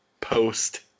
post